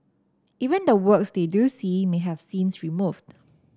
even the works they do see may have scenes removed